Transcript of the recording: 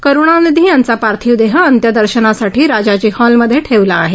करुणानिधी यांचा पार्थिव देह अंत्यदर्शनासाठी राजाजी हॉलमध्ये ठेवला आहे